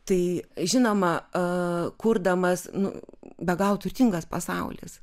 tai žinoma a kurdamas nu be galo turtingas pasaulis